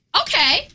Okay